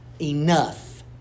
enough